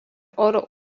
oro